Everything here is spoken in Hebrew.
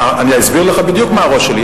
אסביר לך בדיוק מה הראש שלי.